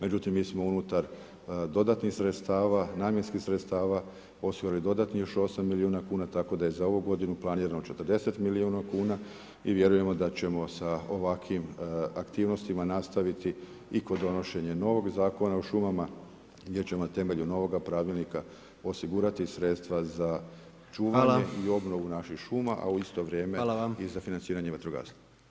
Međutim mi smo unutar dodatnih sredstava, namjenskih sredstava osigurali dodatnih još 8 milijuna kuna, tako da je za ovu godinu planirano 40 milijuna kuna i vjerujemo da ćemo sa ovakvim aktivnostima nastaviti i kod donošenja novog Zakona o šumama gdje ćemo temeljem ovoga pravilnika osigurati sredstva za čuvanje i obnovu naših šuma, a u isto vrijeme i za financiranje vatrogasaca.